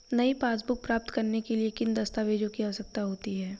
नई पासबुक प्राप्त करने के लिए किन दस्तावेज़ों की आवश्यकता होती है?